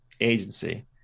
agency